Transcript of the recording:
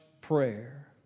prayer